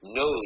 no